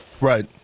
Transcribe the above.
Right